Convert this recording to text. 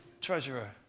Treasurer